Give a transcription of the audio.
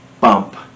bump